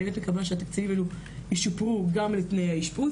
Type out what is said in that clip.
אני מקווה שהתקציבים האלה ישופרו גם לתנאי האישפוז